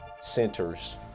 centers